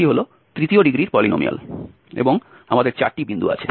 সেটি হল তৃতীয় ডিগ্রির পলিনোমিয়াল এবং আমাদের চারটি বিন্দু আছে